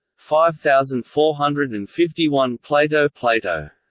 five thousand four hundred and fifty one plato plato